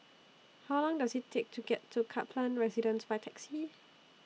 How Long Does IT Take to get to Kaplan Residence By Taxi